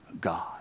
God